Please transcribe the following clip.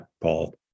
Paul